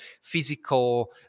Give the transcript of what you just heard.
physical